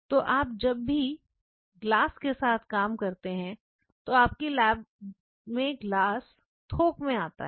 तो आप जब भी लाख के साथ काम करते हैं तो आपकी लैब में ग्लास थोक में आते हैं